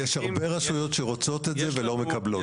יש הרבה רשויות שרוצות את זה ולא מקבלות,